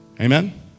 Amen